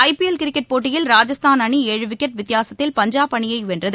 ஐ PL cricket போட்டியில் ராஜஸ்தான் அணி ஏழு விக்கெட் வித்தியாசத்தில் பஞ்சாப் அணியைவென்றது